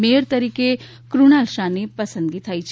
mayor તરીકે કૃણાલ શાહ પસંદગી થઇ છે